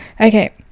Okay